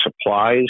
supplies